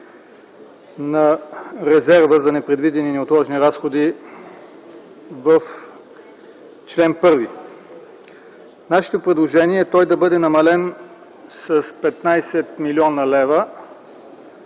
на резерва за непредвидени и неотложни разходи в чл. 1. Нашето предложение е той да бъде намален с 15 млн. лв.,